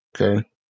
okay